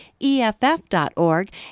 EFF.org